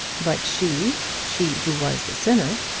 but she she who was the sinner,